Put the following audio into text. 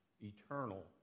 eternal